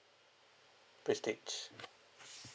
prestige